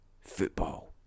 football